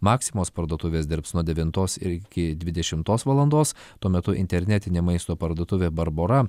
maksimos parduotuvės dirbs nuo devintos ir iki dvidešimtos valandos tuo metu internetinė maisto parduotuvė barbora